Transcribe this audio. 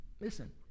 Listen